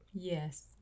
Yes